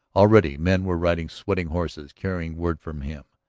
already men were riding sweating horses, carrying word from him.